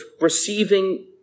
receiving